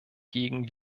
gegen